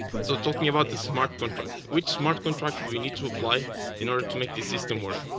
so talking about the smart contracts. which smart contracts do we need to apply in order to make the system work?